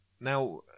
Now